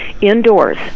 Indoors